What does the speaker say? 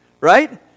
right